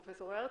פרופ' הרץ,